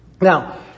Now